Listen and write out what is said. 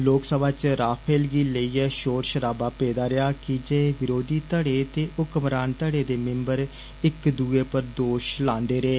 लोकसभा च राफेल गी लेइयै षोर षराबा पेदा रेआ कीजे विरोधी धडे ते हुक्मरान धड़े दे मिम्बर इक दुए पर दोश लांदे रेह